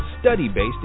study-based